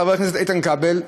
חבר הכנסת איתן כבל: